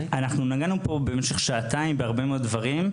אנחנו נגענו פה במשך שעתיים בהרבה מאוד דברים,